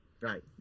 Right